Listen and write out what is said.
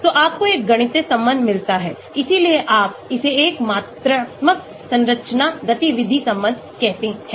तो आपको एक गणितीय संबंध मिलता है इसीलिए आप इसे एक मात्रात्मक संरचना गतिविधि संबंध कहते हैं